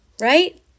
right